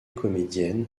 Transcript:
comédienne